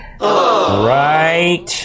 Right